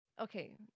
Okay